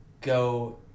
go